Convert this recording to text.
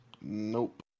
Nope